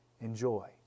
enjoy